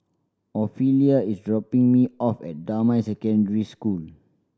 Ofelia is dropping me off at Damai Secondary School